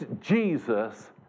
Jesus